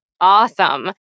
Awesome